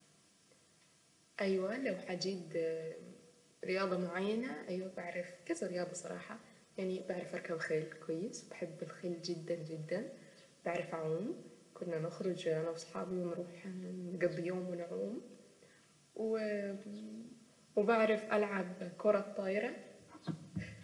ايوه لو هجيد رياضة معينة ايوه بعرف كذه رياضة صراحة يعني بعرف اركب خيل كويس بحب الخيل جدا جدا بعرف اعوم كنا نخرج انا واصحابي ونروح نقضي يوم ونعوم وبعرف العب كرة الطايرة.